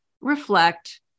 reflect